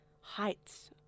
Heights